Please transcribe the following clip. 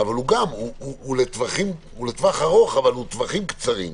אבל הוא לטווח ארוך, אבל לטווחים קצרים.